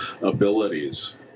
abilities